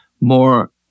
more